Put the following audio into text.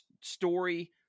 story